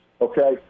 Okay